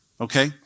okay